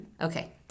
Okay